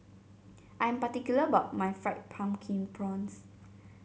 I'm particular about my Fried Pumpkin Prawns